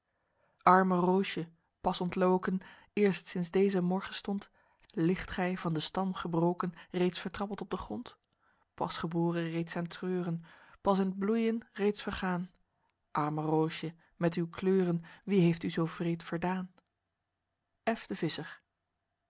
arme roosje pas ontloken eerst sinds dezen morgenstond ligt gy van den stam gebroken reeds vertrappeld op den grond pas geboren reeds aen t treuren pas in t bloeyen reeds vergaen arme roosje met uw kleuren wie heeft u zoo vreed verdaen f de visser